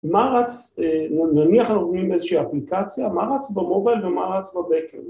מה רץ, נניח אנחנו רואים איזושהי אפליקציה, מה רץ במובל ומה רץ בבקר אנד